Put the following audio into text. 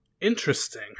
Interesting